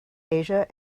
asia